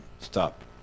stop